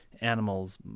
animals